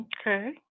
Okay